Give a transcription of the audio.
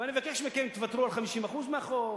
ואני מבקש מכם: תוותרו על 50% מהחוב,